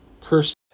cursed